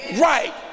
right